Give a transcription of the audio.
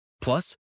Plus